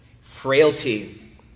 frailty